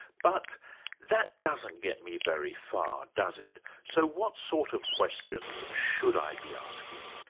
but that doesn't get me very far, does it? so what sort of questions should i be asking?